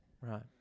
right